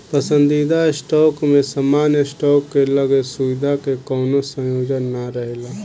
पसंदीदा स्टॉक में सामान्य स्टॉक के लगे सुविधा के कवनो संयोजन ना रहेला